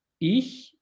ich